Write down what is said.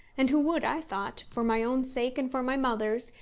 and who would, i thought, for my own sake and for my mother's,